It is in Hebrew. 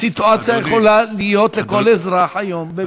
הסיטואציה יכולה להיות לכל אזרח היום במדינת ישראל.